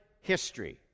history